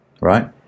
right